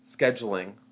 scheduling